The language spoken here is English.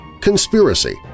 conspiracy